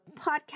podcast